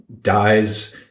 dies